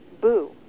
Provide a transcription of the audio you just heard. boo